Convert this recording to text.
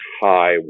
high